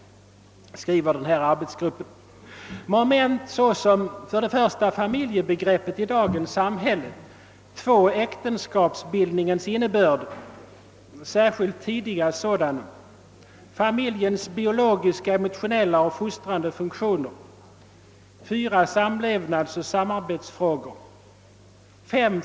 3. Familjens biologiska, emotionella och fostrande funktioner. 5.